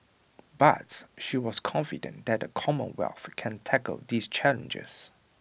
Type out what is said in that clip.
but she was confident that the commonwealth can tackle these challenges